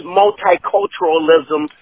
multiculturalism